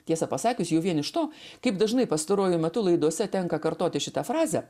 tiesą pasakius jau vien iš to kaip dažnai pastaruoju metu laidose tenka kartoti šitą frazę